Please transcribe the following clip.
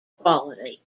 quality